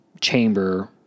chamber